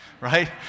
right